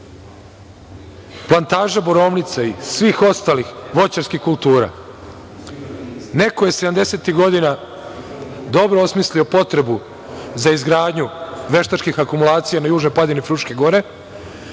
plantaža borovnica i svih ostalih voćarskih kultura, neko je sedamdesetih godina dobro osmislio potrebu za izgradnju veštačkih akumulacija na južnoj padini Fruške